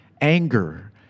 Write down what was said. anger